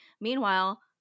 Meanwhile